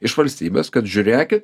iš valstybės kad žiūrėkit